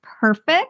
perfect